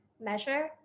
measure